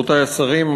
רבותי השרים,